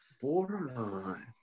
Borderline